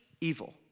evil